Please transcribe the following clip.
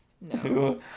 No